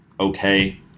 Okay